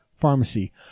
pharmacy